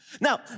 Now